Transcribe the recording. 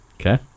Okay